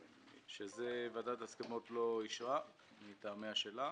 שאת זה ועדת ההסכמות לא אישרה מטעמיה שלה.